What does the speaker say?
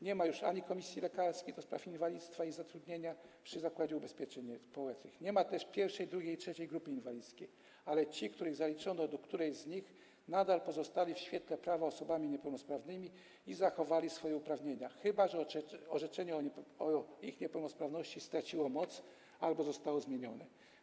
Nie ma już Komisji Lekarskiej do Spraw Inwalidztwa i Zatrudnienia przy Zakładzie Ubezpieczeń Społecznych, nie ma też I, II i III grupy inwalidzkiej, ale ci, których zaliczono do którejś z nich, nadal pozostali w świetle prawa osobami niepełnosprawnymi i zachowali swoje uprawnienia, chyba że orzeczenie o ich niepełnosprawności straciło moc albo zostało zmienione.